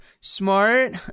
smart